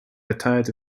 retired